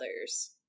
others